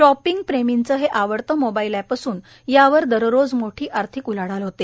शॉपींगप्रेमींचे हे आवडते mobile app असून यावर दररोज मोठी आर्थिक उलाढाल होते